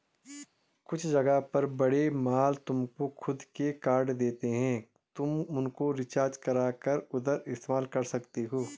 कुछ जगह पर बड़े मॉल तुमको खुद के कार्ड देते हैं तुम उनको रिचार्ज करा कर उधर इस्तेमाल कर सकते हो